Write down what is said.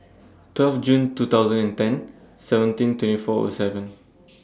twelve June two thousand and ten seventeen twenty four O seven